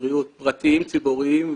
פיקוח והיערכות לסייבר,